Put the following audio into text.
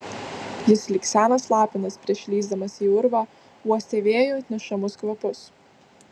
jis lyg senas lapinas prieš lįsdamas į urvą uostė vėjo atnešamus kvapus